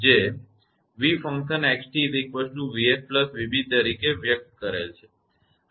જે 𝑣𝑥𝑡 𝑣𝑓𝑣𝑏 તરીકે વ્યક્ત કરેલ છે